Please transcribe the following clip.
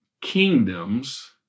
kingdoms